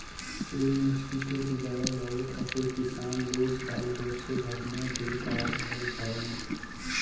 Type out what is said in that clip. MSP के दुबारा लियावे खातिर किसान लोग साल भर से धरना देत आ रहल बाड़न